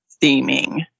theming